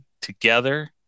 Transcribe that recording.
together